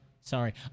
Sorry